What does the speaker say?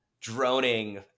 droning